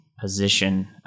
position